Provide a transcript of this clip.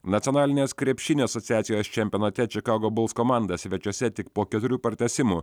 nacionalinės krepšinio asociacijos čempionate čikago bols komanda svečiuose tik po keturių pratęsimų